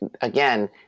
again